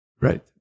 Right